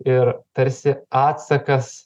ir tarsi atsakas